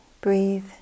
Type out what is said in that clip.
breathe